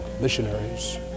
missionaries